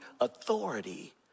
authority